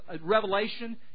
Revelation